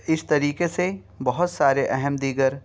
اس طریقے سے بہت سارے اہم دیگر